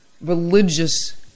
religious